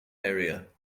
area